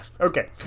Okay